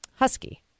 Husky